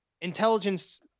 Intelligence